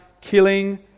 killing